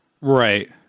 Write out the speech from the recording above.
Right